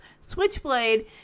Switchblade